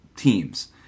teams